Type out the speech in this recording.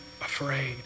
afraid